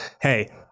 hey